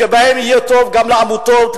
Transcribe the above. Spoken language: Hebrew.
וכך יהיה טוב גם לעמותות,